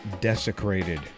desecrated